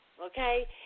Okay